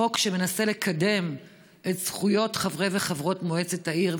חוק שמנסה לקדם את זכויות חברי וחברות מועצת העיר.